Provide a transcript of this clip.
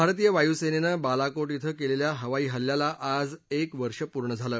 भारतीय वायुसेनेनं बालकोट इथं केलेल्या हवाई हल्ल्याला आज एक वर्ष पूर्ण झालं